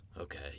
Okay